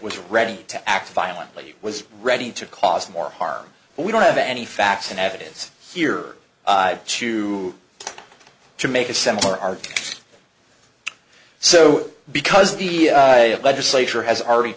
was ready to act violently was ready to cause more harm but we don't have any facts and evidence here to to make a similar so because the legislature has already